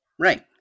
right